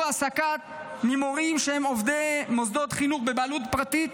העסקה ממורים שהם עובדי מוסדות חינוך בבעלות פרטית